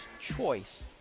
Choice